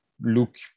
look